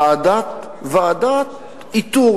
ועדת איתור,